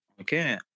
Okay